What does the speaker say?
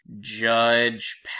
judge